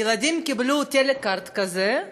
הילדים קיבלו טלכרט כזה,